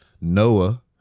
Noah